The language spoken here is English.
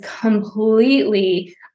completely